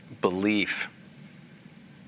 belief